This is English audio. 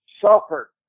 suffered